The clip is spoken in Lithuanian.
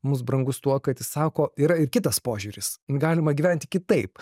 mums brangus tuo kad jis sako yra ir kitas požiūris galima gyventi kitaip